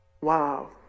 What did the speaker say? Wow